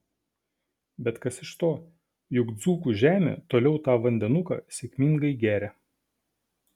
bet kas iš to juk dzūkų žemė toliau tą vandenuką sėkmingai geria